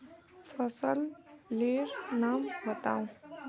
फसल लेर नाम बाताउ?